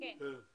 בסדר.